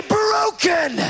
broken